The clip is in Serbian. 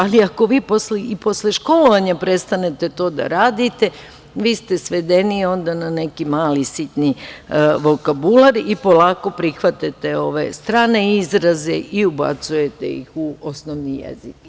Ali, ako vi posle školovanja prestanete to da radite, vi ste svedeni onda na neki mali sitni vokabular i polako prihvatate strane izraze i ubacujete ih u osnovni jezik.